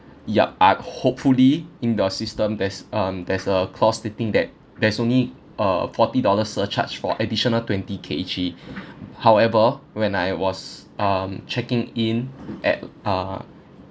yup I hopefully in your system there's um there's a clause stating that there's only a forty dollars surcharge for additional twenty K_G however when I was um checking in at uh